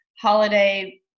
holiday